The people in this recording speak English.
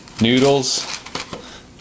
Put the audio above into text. Noodles